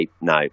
no